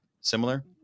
similar